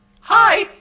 Hi